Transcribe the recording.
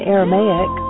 Aramaic